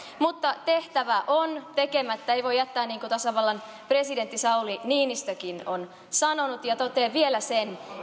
mutta tehtävä on tekemättä ei voi jättää niin kuin tasavallan presidentti sauli niinistökin on sanonut ja totean vielä sen